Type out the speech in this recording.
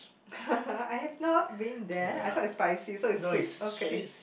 I have not been there I though it's spicy so it's sweet okay